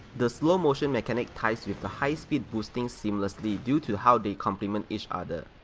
the slow-motion mechanic ties with the high-speed boosting seamlessly due to how they compliment each other.